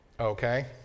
Okay